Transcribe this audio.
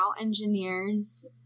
engineers